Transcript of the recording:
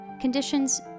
Conditions